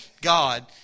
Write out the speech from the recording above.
God